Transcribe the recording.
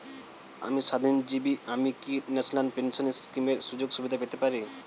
আমি স্বাধীনজীবী আমি কি ন্যাশনাল পেনশন স্কিমের সুযোগ সুবিধা পেতে পারি?